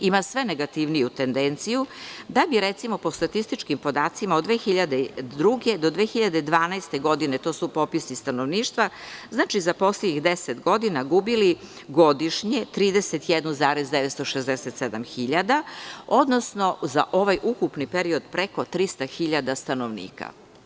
Ima sve negativniju tendenciju da bi po statističkim podacima od 2002-2012. godine, to su popisi stanovništva, dakle, za poslednjih 10 godina gubili su godišnje 31,967 hiljada, odnosno za ukupni period preko 300 hiljada stanovnika.